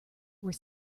were